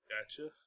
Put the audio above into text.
Gotcha